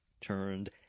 turned